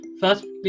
firstly